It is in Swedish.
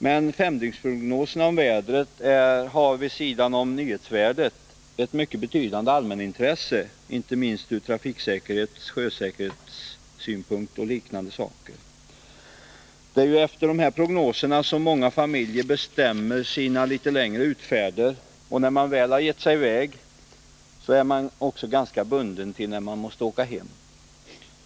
Men femdygnsprognoserna om vädret har vid sidan om sitt nyhetsvärde även ett mycket betydande allmänintresse, inte minst från t.ex. trafiksäkerhetssynpunkt och sjösäkerhetssynpunkt. Det är ju efter dessa prognoser som många familjer bestämmer sina litet längre utfärder, och när de väl har gett sig i väg är de ganska bundna till den tid när de skall åka hem.